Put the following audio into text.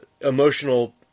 emotional